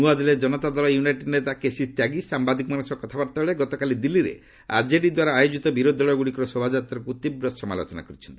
ନୂଆଦିଲ୍ଲୀରେ ଜନତା ଦଳ ୟୁନାଇଟେଡ଼୍ ନେତା କେସି ତ୍ୟାଗୀ ସାମ୍ଭାଦିକମାନଙ୍କ ସହ କଥାବାର୍ତ୍ତାବେଳେ ଗତକାଲି ଦିଲ୍ଲୀରେ ଅର୍ଜେଡିଦ୍ୱାରା ଆୟୋଜିତ ବିରୋଧି ଦଳଗୁଡ଼ିକର ଶୋଭାଯାତ୍ରାକୁ ସମାଲୋଚନା କରିଛନ୍ତି